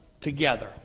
together